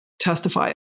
testify